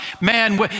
man